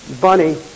Bunny